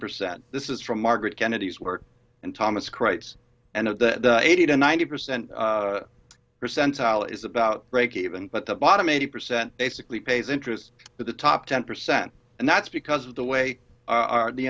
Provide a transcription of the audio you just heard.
percent this is from margaret kennedy's work and thomas crites and eighty to ninety percent percentile is about breakeven but up bottom eighty percent basically pays interest but the top ten percent and that's because of the way our the